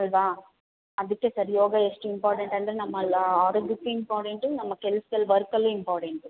ಅಲ್ಲವಾ ಅದಕ್ಕೆ sir yoga ಎಷ್ಟು ಇಂಪಾರ್ಟೆನ್ಟ್ ಅಂದರೆ ನಮ್ಮ ಆರೋಗ್ಯಕ್ಕು ಇಂಪಾಡೆಂಟು ನಮ್ಮ ಕೆಲ್ಸ್ದಲ್ಲು ವರ್ಕಲ್ಲು ಇಂಪಾಡೆಂಟು